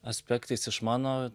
aspektais iš mano